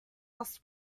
lost